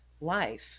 life